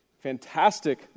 fantastic